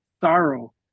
sorrow